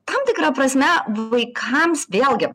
tam tikra prasme vaikams vėlgi